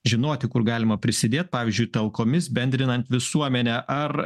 žinoti kur galima prisidėt pavyzdžiui talkomis bendrinant visuomenę ar